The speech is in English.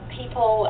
people